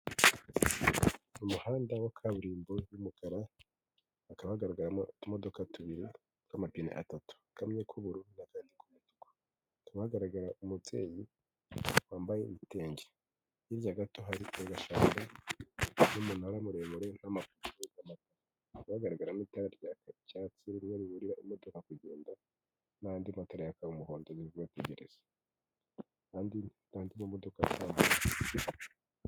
Umuhanda wa kaburimbo y'umukara akahagararamo utumodoka tubiriw'amapine atatu kamwe k'ubururubagaragara umubyeyi wambaye ibitenge hirya gato hari ugasanga n'umunara muremure nk'ama bagaragaramo itara rya icyatsi rumwe ruburira imodoka kugenda n'andi matara yaka umuhondo birwategereza kandi kandi mu modoka ya zambucu.